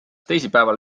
teisipäeval